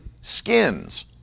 skins